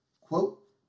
Quote